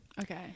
Okay